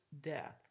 death